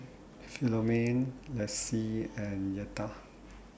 Philomene Lacy and Yetta